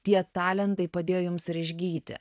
tie talentai padėjo jums ir išgyti